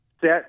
set